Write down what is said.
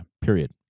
period